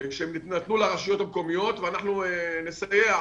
שהם נתנו לרשויות המקומיות ואנחנו נסייע,